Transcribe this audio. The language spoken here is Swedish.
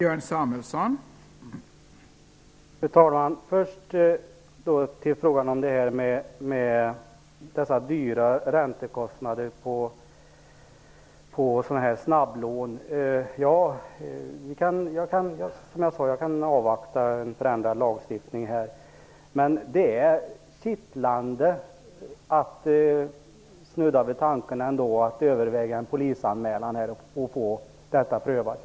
Fru talman! Först frågan om de höga räntekostnaderna för snabblån. Som jag sagt tidigare kan jag avvakta en förändrad lagstiftning. Men det är kittlande att snudda vid tanken att överväga en polisanmälan här för att få detta prövat.